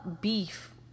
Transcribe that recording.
beef